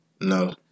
No